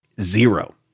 zero